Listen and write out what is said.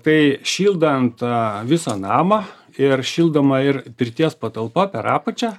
tai šildant tą visą namą ir šildoma ir pirties patalpa per apačią